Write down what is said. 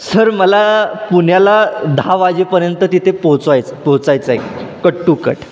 sir मला पुण्याला दहा वाजेपर्यंत तिथे पोचवायचं पोचायचं आहे कट टू कट